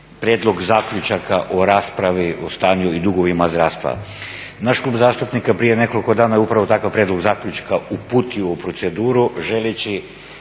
prijedlog zaključaka o raspravi o stanju i dugovima zdravstva. Naš klub zastupnika prije nekoliko dana je upravo takav prijedlog zaključka uputio u proceduru želeći